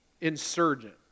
Insurgent